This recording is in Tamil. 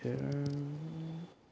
ஏ